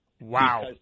Wow